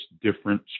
different